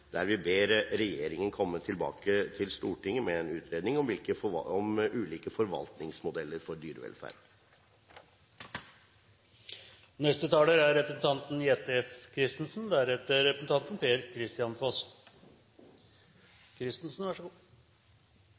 der vi ber regjeringen komme tilbake til Stortinget med en utredning om ulike forvaltningsmodeller for dyrevelferd.